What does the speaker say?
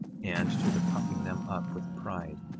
and to the puffing them up with pride,